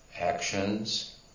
actions